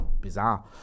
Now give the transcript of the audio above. bizarre